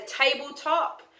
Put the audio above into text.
tabletop